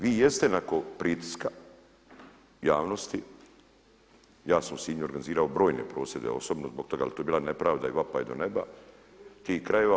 Vi jeste nakon pritiska javnosti, ja sam u Sinju organizirao brojne prosvjede osobno, zbog toga jer je to bila nepravda i vapaj do neba tih krajeva.